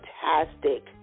fantastic